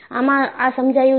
આમાં આ સમજાયું છે